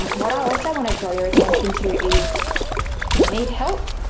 what i also want to draw your attention to is you need help,